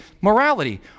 morality